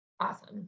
awesome